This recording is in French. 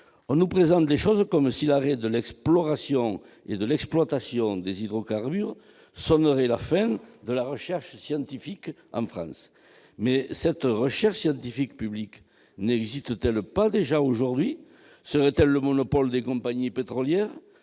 On nous présente les choses comme si l'arrêt de l'exploration et de l'exploitation des hydrocarbures allait sonner la fin de la recherche scientifique en France. Mais cette recherche scientifique publique n'existe-t-elle pas déjà aujourd'hui ? Serait-elle le monopole des compagnies pétrolières ?